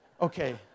okay